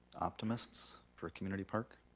optimists for a community park.